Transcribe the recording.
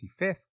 25th